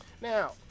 Now